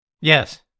Yes